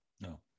no